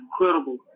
incredible